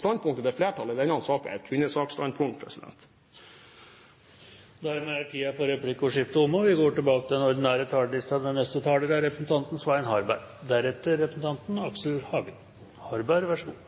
standpunktet til flertallet i denne saken er et kvinnesaksstandpunkt. Replikkordskiftet er omme. De siste tiårene har gitt oss nye og spennende utfordringer når det gjelder mangfold og integrering – nye kulturer, nye religioner og nye demokratiske forståelser. Saken i dag inneholder alt dette og er